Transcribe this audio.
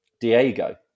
Diego